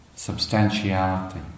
substantiality